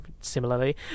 similarly